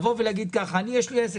אי אפשר לבוא ולהגיד: יש לי עסק,